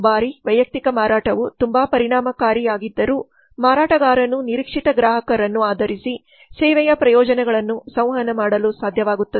ದುಬಾರಿ ವೈಯಕ್ತಿಕ ಮಾರಾಟವು ತುಂಬಾ ಪರಿಣಾಮಕಾರಿಯಾಗಿದ್ದರೂ ಮಾರಾಟಗಾರನು ನಿರೀಕ್ಷಿತ ಗ್ರಾಹಕರನ್ನು ಆಧರಿಸಿ ಸೇವೆಯ ಪ್ರಯೋಜನಗಳನ್ನು ಸಂವಹನ ಮಾಡಲು ಸಾಧ್ಯವಾಗುತ್ತದೆ